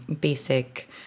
basic